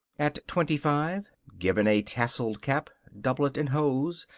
at twenty-five, given a tasseled cap, doublet and hose,